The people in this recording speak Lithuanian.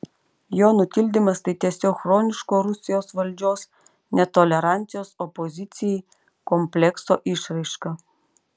jo nutildymas tai tiesiog chroniško rusijos valdžios netolerancijos opozicijai komplekso išraiška